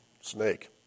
snake